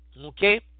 Okay